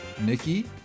Nikki